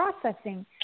processing